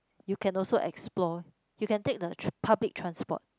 you can also explore you can take the public transport